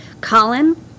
Colin